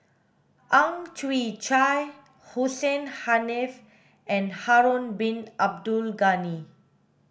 Ang Chwee Chai Hussein Haniff and Harun bin Abdul Ghani